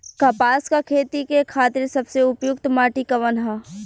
कपास क खेती के खातिर सबसे उपयुक्त माटी कवन ह?